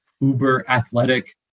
uber-athletic